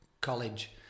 College